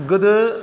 गोदो